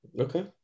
Okay